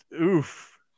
oof